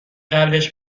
قبلش